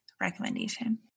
recommendation